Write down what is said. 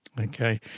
Okay